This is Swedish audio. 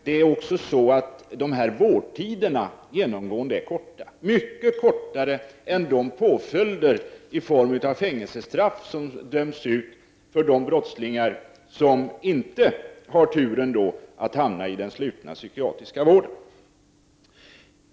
Det är också så, att vårdtiderna genomgående är korta — mycket kortare än de påföljder i form av fängelsestraff som döms ut för de brottslingar som inte har turen att hamna i den slutna psykiatriska vården.